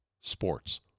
sports